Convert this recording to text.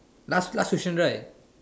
last last question right